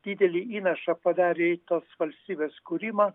didelį įnašą padarė į tos valstybės kūrimą